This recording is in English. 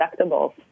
deductibles